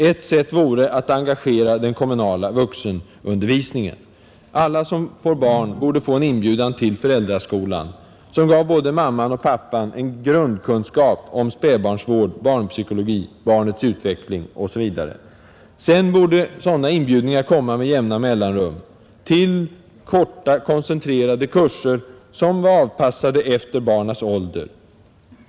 Ett sätt vore att engagera den kommunala vuxenundervisningen. Alla som får barn borde få en inbjudan till föräldraskolan som gav både mamman och pappan en grundkunskap om spädbarnsvård, barnpsykologi, barnets utveckling osv. Sedan borde inbjudningar komma med jämna mellanrum till korta, koncentrerade kurser som var avpassade efter barnens ålder.